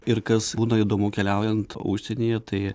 ir kas būdavo įdomu keliaujant užsienyje tai